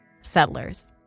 Settlers